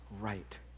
right